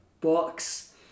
books